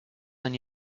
than